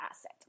asset